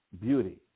beauty